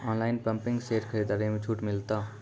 Online pumping set खरीदारी मे छूट मिलता?